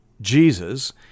Jesus